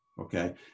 okay